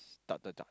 dot dot dot